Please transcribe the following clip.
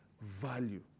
value